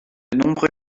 nombreux